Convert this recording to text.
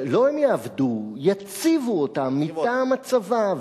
לא "הם יעבדו" שיציבו אותם מטעם הצבא,